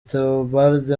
theobald